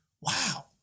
Wow